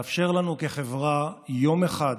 מאפשר לנו כחברה יום אחד